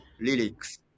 lyrics